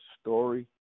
story